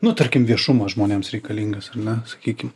nu tarkim viešumas žmonėms reikalingas ar ne sakykim